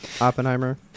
Oppenheimer